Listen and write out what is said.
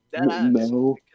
No